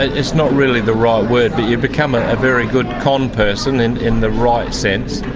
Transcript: it's not really the right word, but you become a very good conperson and in the right sense,